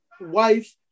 wife